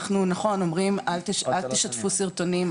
אנחנו נכון אומרים אל תשתפו סרטונים,